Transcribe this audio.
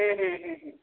हूँ हूँ हूँ हूँ